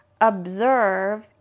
observe